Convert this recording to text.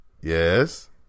yes